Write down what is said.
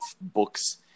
books